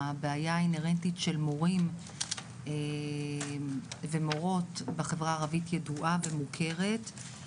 הבעיה האינהרנטית של מורים ומורות בחרה הערבית ידועה ומוכרת,